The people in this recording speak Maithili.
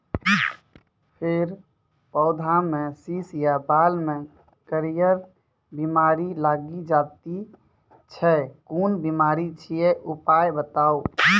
फेर पौधामें शीश या बाल मे करियर बिमारी लागि जाति छै कून बिमारी छियै, उपाय बताऊ?